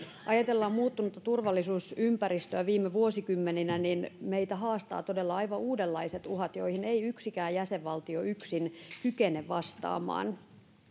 ajatellaan muuttunutta turvallisuusympäristöä viime vuosikymmeninä niin meitä haastavat todella aivan uudenlaiset uhat joihin ei yksikään jäsenvaltio yksin kykene vastaamaan